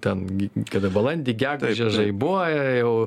ten gi kada balandį gegužę žaibuoja jau